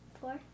four